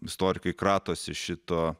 istorikai kratosi šito